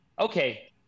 okay